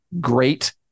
great